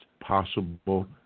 possible